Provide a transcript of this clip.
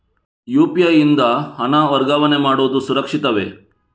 UPI ಯಿಂದ ಹಣ ವರ್ಗಾವಣೆ ಮಾಡುವುದು ಸುರಕ್ಷಿತವೇ?